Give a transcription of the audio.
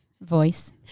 voice